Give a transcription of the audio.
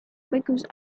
because